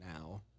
now